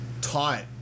taught